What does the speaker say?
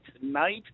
tonight